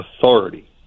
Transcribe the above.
authority